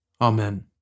Amen